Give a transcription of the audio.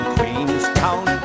Queenstown